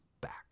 back